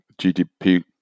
GDP